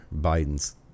Biden's